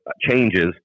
changes